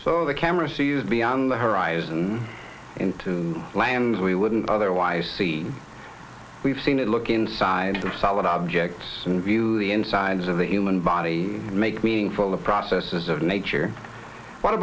so the camera sees beyond the horizon into lands we wouldn't otherwise see we've seen it look inside of solid objects and view the insides of the human body and make meaningful the process of nature what